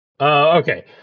Okay